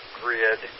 grid